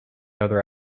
other